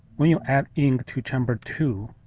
when you add ink to chamber two,